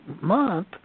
month